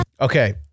Okay